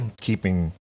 keeping